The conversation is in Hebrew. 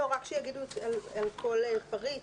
לא, רק שיגידו על כל פריט.